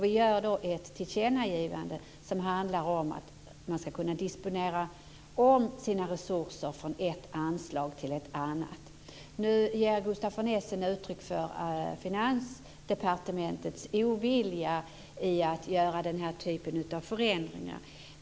Vi gör då ett tillkännagivande som handlar om att man ska kunna disponera om sina resurser från ett anslag till ett annat. Nu ger Gustaf von Essen uttryck för Finansdepartementets ovilja att göra den här typen av förändringar.